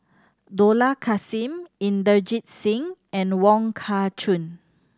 Dollah Kassim Inderjit Singh and Wong Kah Chun